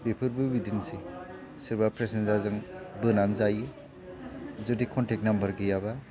बेफोरबो बिदिनोसै सोरबा पेसेन्जारजों बोनानै जायो जुदि कनटेक्ट नाम्बार गैयाबा